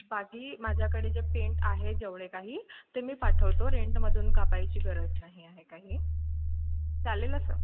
बाकी माझ्याकडे जे पेंट आहे जेवढे काही ते मी पाठवतो रेंटमधून कापायची गरज नाही आहे काही चालेल असं